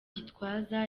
gitwaza